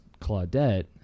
Claudette